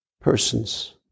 persons